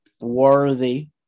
worthy